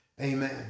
Amen